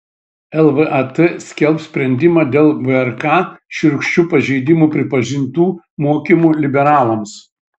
lvat skelbs sprendimą dėl vrk šiurkščiu pažeidimu pripažintų mokymų liberalams